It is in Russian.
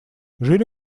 жили